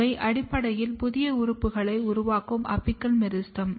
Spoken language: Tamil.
இவை அடிப்படையில் புதிய உறுப்புகள் உருவாகும் அபிக்கல் மெரிஸ்டெம்